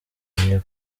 gihamye